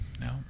No